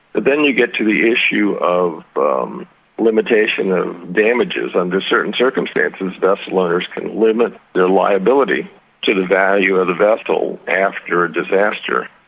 then you get to the issue of um limitation of damages. under certain circumstances vessel owners can limit their liability to the value of the vessel after a disaster,